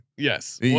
Yes